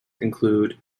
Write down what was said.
include